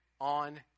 on